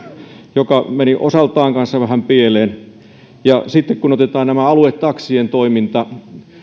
joka meni osaltaan kanssa vähän pieleen ja sitten kun otetaan tämä aluetaksien toiminta